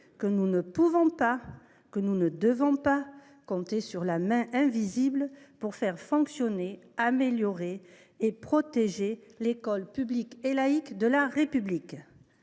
que nous ne pouvons pas, et que nous ne devons pas, compter sur la main invisible pour faire fonctionner, améliorer et protéger l’école publique et laïque de la République.